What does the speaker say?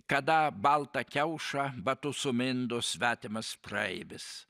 kada baltą kiaušą batu sumindo svetimas praeivis